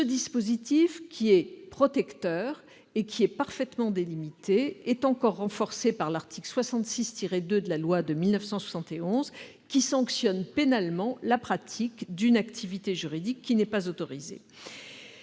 Ce dispositif, qui est protecteur et qui est parfaitement délimité, est encore renforcé par l'article 66-2 de de la loi de 1971, qui sanctionne pénalement la pratique d'une activité juridique qui n'est pas autorisée.